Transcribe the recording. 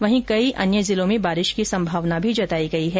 वहीं कई अन्य जिलों में बारिश की संभावना भी व्यक्त की गयी है